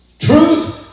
Truth